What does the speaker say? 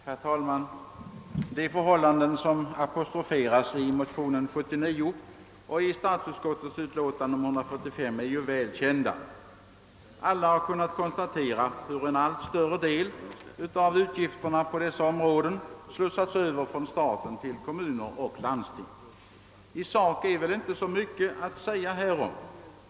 Herr talman! De förhållanden som apostroferas i motionen II:79 och i statsutskottets utlåtande nr 145 är ju väl kända. Alla har kunnat konstatera, hur en allt större del av utgifterna på dessa områden har slussats över från staten till kommuner och landsting. I sak är väl inte så mycket att säga härom.